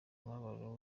umubabaro